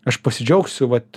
aš pasidžiaugsiu vat